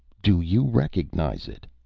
do you recognize it?